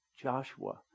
Joshua